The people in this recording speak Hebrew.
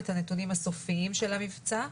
את הנתונים הסופיים של המבצע,